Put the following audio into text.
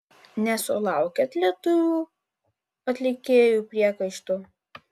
nesulaukėt lietuvių atlikėjų priekaištų